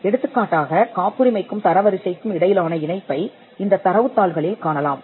எடுத்துக்காட்டாகக் காப்புரிமைக்கும் தரவரிசைக்கும் இடையிலான இணைப்பை இந்தத் தரவுத் தாள்களில் காணலாம்